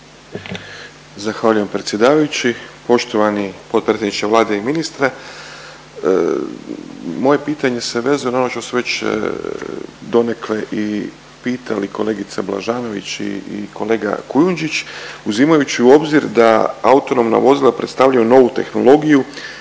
Zahvaljujem predsjedavajući. Poštovani potpredsjedniče Vlade i ministre, moje pitanje je vezano ono što su već donekle i pitali kolegica Blažanović i kolega Kujundžić. Uzimajući u obzir da autonomna vozila predstavljaju novu tehnologiju